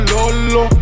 Lolo